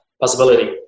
possibility